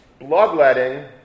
bloodletting